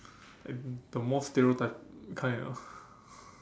like the more stereotype kind ah